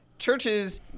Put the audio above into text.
churches